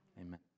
Amen